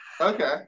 okay